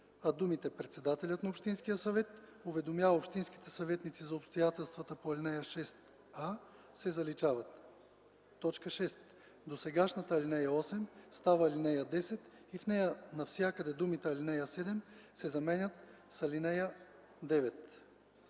а думите „председателят на общинския съвет уведомява общинските съветници за обстоятелствата по ал. 6, а” се заличават. 6. Досегашната ал. 8 става ал. 10 и в нея навсякъде думите „ал. 7” се заменят с „ал.